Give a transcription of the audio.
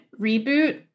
reboot